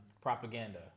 propaganda